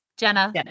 Jenna